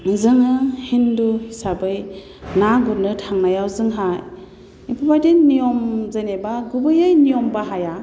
जोङो हिन्दु हिसाबै ना गुरनो थांनायाव जोंहा बेफोरबायदि नियम जेनेबा गुबैयै नियम बाहाया